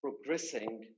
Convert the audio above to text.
progressing